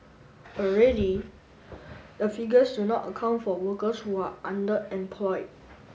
already the figures do not account for workers who are underemployed